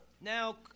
Now